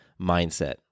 mindset